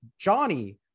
Johnny